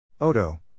Odo